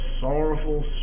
sorrowful